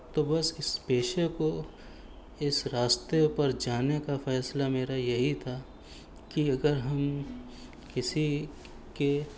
تو بس اس پیشے کو اس راستے پر جانے کا فیصلہ میرا یہی تھا کہ اگر ہم کسی کے